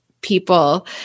people